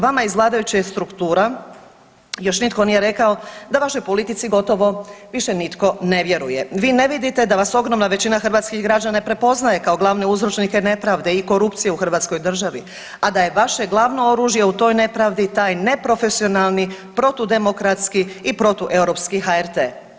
Vama iz vladajućih struktura još nitko nije rekao da vašoj politici gotovo više nitko ne vjeruje, vi ne vidite da vas ogromna većina hrvatskih građana i prepoznaje kao glavne uzročnike nepravde i korupcije u Hrvatskoj državi, a da je vaše glavno oružje u toj nepravdi taj neprofesionalni, protudemokratski i protueuropski HRT.